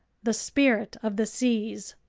the spirit of the seas.